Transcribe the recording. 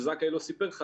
וזכאי לא סיפר לך,